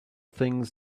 things